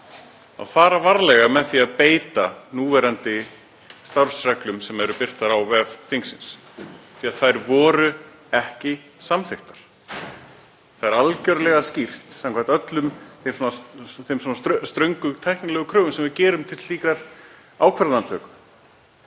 að fara varlega í að beita núverandi starfsreglum sem eru birtar á vef þingsins því að þær voru ekki samþykktar. Það er algjörlega skýrt, samkvæmt öllum þeim ströngu, tæknilegu kröfum sem við gerum til slíkrar ákvarðanatöku,